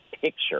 picture